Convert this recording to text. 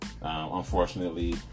unfortunately